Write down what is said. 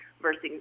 versus